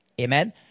Amen